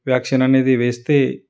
vaccine అనేది వేస్తే